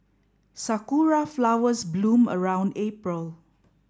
sakura flowers bloom around April